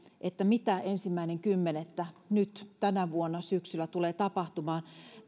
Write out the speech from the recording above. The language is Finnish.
mitä ensimmäinen kymmenettä nyt tänä vuonna syksyllä tulee tapahtumaan